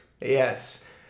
Yes